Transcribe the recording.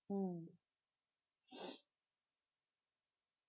mm